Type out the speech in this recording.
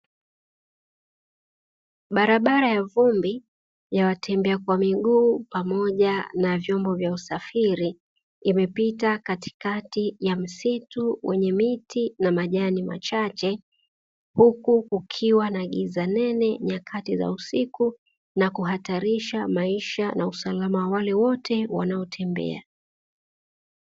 Barabara ya vumbi ya watembea kwa miguu pamoja na vyombo vya usafiri imepita katikati ya msitu wenye miti na majani machache, huku kukiwa na giza nene nyakati za usiku na kuhatarisha maisha na usalama wale wote wanaotembea.